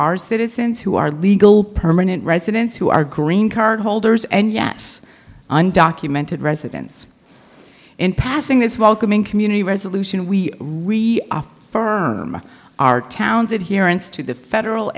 are citizens who are legal permanent residents who are green card holders and yes undocumented residents in passing this welcoming community resolution we really are firm our towns in here and to the federal